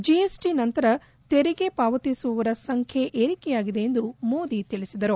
GST ನಂತರ ತೆರಿಗೆ ಪಾವತಿಸುವವರ ಸಂಖ್ಯೆ ಏರಿಕೆಯಾಗಿದೆ ಎಂದು ಮೋದಿ ತಿಳಿಸಿದರು